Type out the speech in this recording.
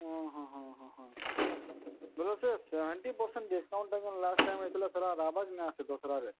ହଁ ହଁ ହଁ ହଁ ହଁ ବେଲେ ସେ ସେଭେଣ୍ଟି ପର୍ସେଣ୍ଟ ଡିସ୍କାଉଣ୍ଟ ଯେନ୍ ଲାଷ୍ଟ ଟାଇମ୍ ହେଇଥିଲା ସେଟା ଆର୍ ଆସ୍ବା କି ନାଇ ଆସେ ଦଶ୍ରାରେ